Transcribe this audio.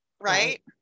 right